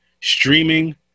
Streaming